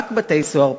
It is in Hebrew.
רק בתי-סוהר פרטיים.